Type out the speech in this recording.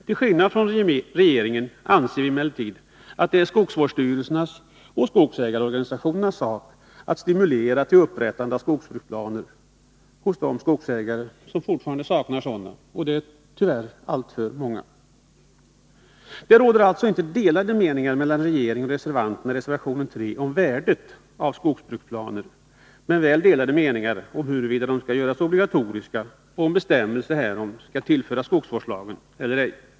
Till skillnad från regeringen anser vi emellertid att det är skogsvårdsstyrelsernas och skogsägarorganisationernas sak att stimulera till upprättande av skogsbruksplaner hos de skogsägare som fortfarande saknar sådana — och det gör tyvärr alltför många. Det råder alltså inte delade meningar mellan regeringen och reservanterna i reservation 3 om värdet av skogsbruksplaner, men väl om huruvida de skall göras obligatoriska och om bestämmelser härom skall tillföras skogsvårdslagen eller ej.